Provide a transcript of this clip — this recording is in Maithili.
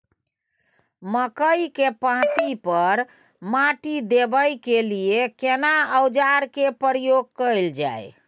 मकई के पाँति पर माटी देबै के लिए केना औजार के प्रयोग कैल जाय?